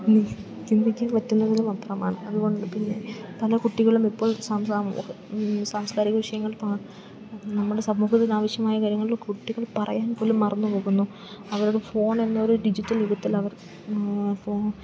ചിന്തിക്കാന് പറ്റുന്നതിലും അപ്പുറമാണ് അതുകൊണ്ട് പിന്നെ പല കുട്ടികളും ഇപ്പോൾ സാംസ്കാരിക വിഷയങ്ങൾ നമ്മുടെ സമൂഹത്തിനാവശ്യമായ കാര്യങ്ങളിൽ കുട്ടികൾ പറയാൻ പോലും മറന്ന് പോകുന്നു അവര്ക്ക് ഫോൺ എന്ന ഒരു ഡിജിറ്റൽ യുഗത്തിൽ അവര്